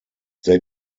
they